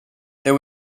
there